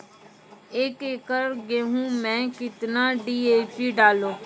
एक एकरऽ गेहूँ मैं कितना डी.ए.पी डालो?